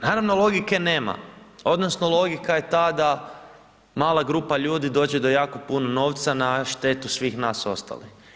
Naravno logike nema odnosno logika je ta da mala grupa ljudi dođe do jako puno novca na štetu svih nas ostalih.